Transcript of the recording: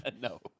No